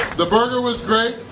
the burger was great,